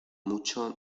mucho